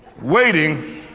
waiting